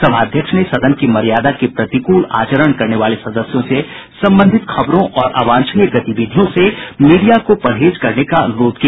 सभाध्यक्ष ने सदन की मर्यादा के प्रतिकूल आचरण करने वाले सदस्यों से संबंधित खबरों और अवांछनीय गतिविधियों से मीडिया को परहेज करने का अनुरोध किया